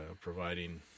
providing